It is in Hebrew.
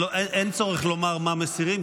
אין צורך לומר מה מסירים,